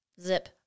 Zip